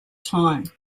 time